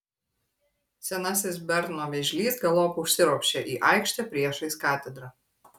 senasis berno vėžlys galop užsiropščia į aikštę priešais katedrą